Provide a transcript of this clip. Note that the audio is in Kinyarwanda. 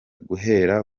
guhera